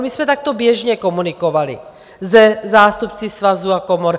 My jsme takto běžně komunikovali se zástupci svazů a komor.